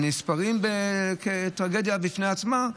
הם נספרים כטרגדיה בפני עצמה,